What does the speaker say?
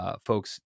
folks